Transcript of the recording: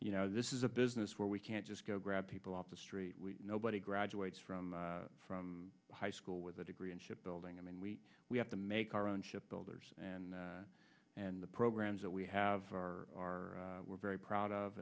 you know this is a business where we can't just go grab people off the street nobody graduates from from high school with a degree in ship building i mean we we have to make our own ship builders and and the programs that we have are we're very proud of